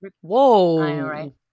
Whoa